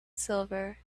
silver